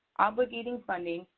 obligating funding,